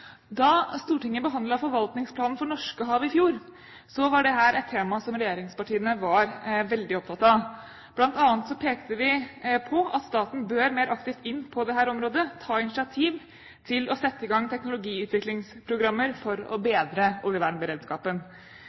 Da Stortinget behandlet forvaltningsplanen for Norskehavet i fjor, var dette et tema som regjeringspartiene var veldig opptatt av. Blant annet pekte vi på at staten bør mer aktivt inn på dette området, ta initiativ til å sette i gang teknologiutviklingsprogrammer for å bedre oljevernberedskapen.